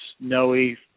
snowy